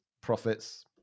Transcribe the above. profits